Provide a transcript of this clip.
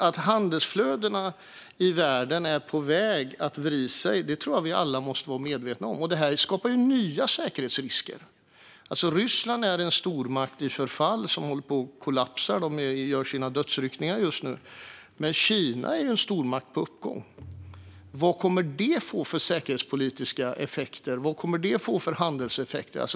Att handelsflödena i världen är på väg att vrida sig är något som jag tror att vi alla måste vara medvetna om. Det skapar nya säkerhetsrisker. Ryssland är en stormakt i förfall, som håller på att kollapsa. De är i sina dödsryckningar just nu. Men Kina är en stormakt på uppgång. Vad kommer det att få för säkerhetspolitiska effekter, och vad kommer det att få för handelseffekter?